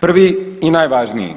Prvi i najvažniji